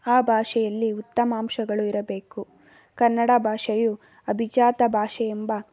ಆ ಭಾಷೆಯಲ್ಲಿ ಉತ್ತಮಾಂಶಗಳು ಇರಬೇಕು ಕನ್ನಡ ಭಾಷೆಯು ಅಭಿಜಾತ ಭಾಷೆ ಎಂಬ